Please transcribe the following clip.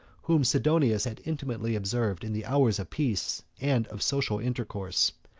whom sidonius had intimately observed, in the hours of peace and of social intercourse.